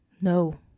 no